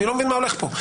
אני לא מבין מה הולך פה.